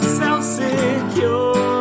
self-secure